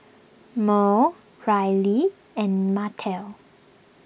Merl Ryley and Martell